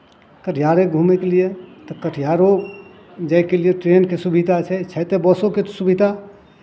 कटिहारे घूमयके लिए तऽ कटिहारो जायके लिए ट्रेनके सुविधा छै छै तऽ बसोके सुविधा